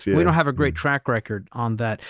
yeah we don't have a great track record on that.